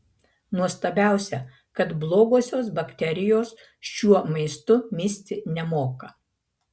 nuostabiausia kad blogosios bakterijos šiuo maistu misti nemoka